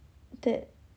that